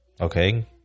Okay